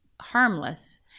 harmless